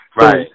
Right